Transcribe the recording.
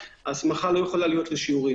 ההסמכה לא יכולה להיות לשיעורין,